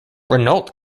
renault